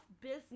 business